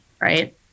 Right